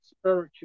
spiritual